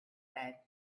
said